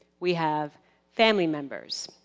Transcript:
we have family members,